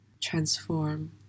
transform